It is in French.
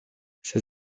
ses